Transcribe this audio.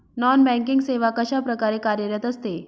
Non banking सेवा कशाप्रकारे कार्यरत असते?